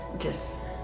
just